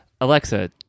Alexa